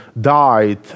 died